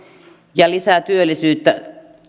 ja lisää työllisyyttä